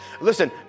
Listen